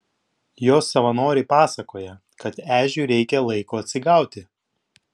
jos savanoriai pasakoja kad ežiui reikia laiko atsigauti